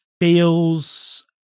feels